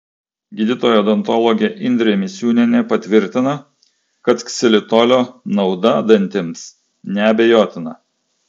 gydytoja odontologė indrė misiūnienė patvirtina kad ksilitolio nauda dantims neabejotina